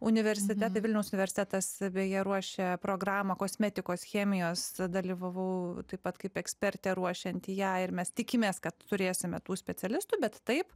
universitetai vilniaus universitetas beje ruošia programą kosmetikos chemijos dalyvavau taip pat kaip ekspertė ruošiant ją ir mes tikimės kad turėsime tų specialistų bet taip